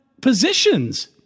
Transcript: positions